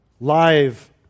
live